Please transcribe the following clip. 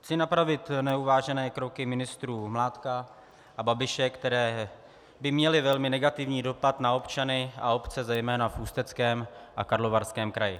Chci napravit neuvážené kroky ministrů Mládka a Babiše, které by měly velmi negativní dopad na občany a obce zejména v Ústeckém a Karlovarském kraji.